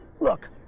look